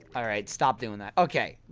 alright, stop doing that okay,